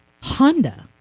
Honda